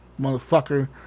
Motherfucker